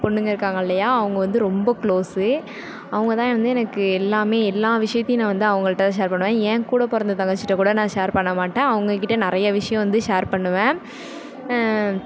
பொண்ணுங்க இருக்காங்க இல்லையா அவங்க வந்து ரொம்ப க்ளோஸ்ஸு அவங்கள்தான் வந்து எனக்கு எல்லாமே எல்லா விஷயத்டையும் நான் வந்து அவங்கள்கிட்டதான் ஷேர் பண்ணுவேன் என்கூட பிறந்த தங்கச்சிட்ட கூட நான் ஷேர் பண்ண மாட்டேன் அவங்கள் கிட்ட நிறைய விஷயம் வந்து ஷேர் பண்ணுவேன்